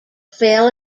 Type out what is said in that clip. fell